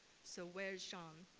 so where's sean?